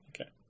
okay